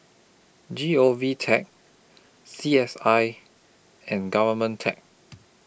G O V Tech C S I and Government Tech